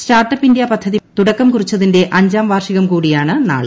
startup India പദ്ധതി തുടക്കം കുറിച്ചതിന്റെ അഞ്ചാം വാർഷികം കൂടിയാണ് നാളെ